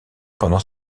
pendant